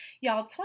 Y'all